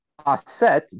Aset